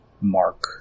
Mark